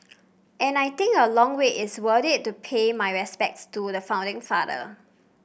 and I think a long wait is worth it to pay my respects to the founding father